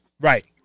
Right